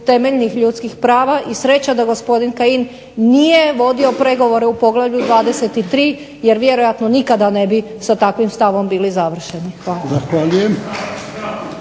temeljnih ljudskih prava i sreća da gospodin Kajin nije vodio pregovore u poglavlju 23. jer vjerojatno nikada ne bi sa takvim stavom bili završeni.